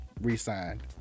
re-signed